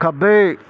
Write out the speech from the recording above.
ਖੱਬੇ